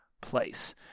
place